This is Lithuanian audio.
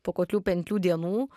po kokių penkių dienų